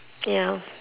ya